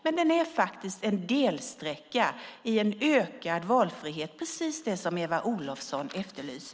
Men den är en delsträcka i en ökad valfrihet, precis det som Eva Olofsson efterlyste.